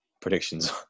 predictions